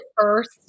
first